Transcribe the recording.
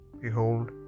behold